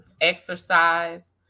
exercise